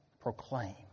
proclaim